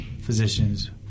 physicians